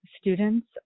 students